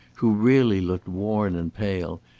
who really looked worn and pale,